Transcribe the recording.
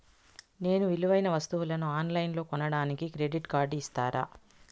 నేను విలువైన వస్తువులను ఆన్ లైన్లో కొనడానికి క్రెడిట్ కార్డు ఇస్తారా?